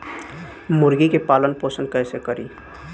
मुर्गी के पालन पोषण कैसे करी?